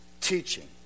teaching